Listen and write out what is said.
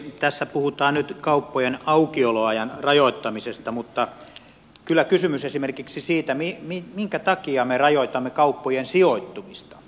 tässä puhutaan nyt kauppojen aukioloajan rajoittamisesta mutta kyllä kysymys on esimerkiksi siitä minkä takia me rajoitamme kauppojen sijoittumista